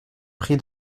prix